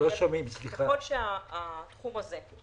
ככל שהתחום הזה,